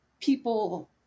people